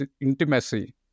intimacy